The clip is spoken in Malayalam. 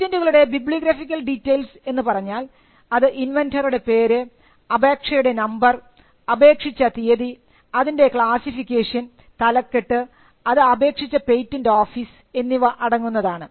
പേറ്റന്റുകളുടെ ബിബ്ലിയോഗ്രഫിക്കൽ ഡീറ്റെയിൽസ് എന്നുപറഞ്ഞാൽ അത് ഇൻവെൻന്ററുടെ പേര് അപേക്ഷയുടെ നമ്പർ അപേക്ഷിച്ച് തീയതി അതിൻറെ ക്ലാസിഫിക്കേഷൻ തലക്കെട്ട് അത് അപേക്ഷിച്ച പേറ്റന്റ് ഓഫീസ് എന്നിവ അടങ്ങുന്നതാണ്